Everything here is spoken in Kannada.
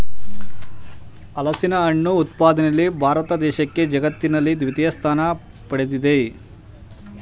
ಹಲಸಿನಹಣ್ಣು ಉತ್ಪಾದನೆಯಲ್ಲಿ ಭಾರತ ದೇಶಕ್ಕೆ ಜಗತ್ತಿನಲ್ಲಿ ದ್ವಿತೀಯ ಸ್ಥಾನ ಪಡ್ದಿದೆ